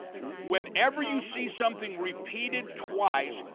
whenever you see something repeated twice,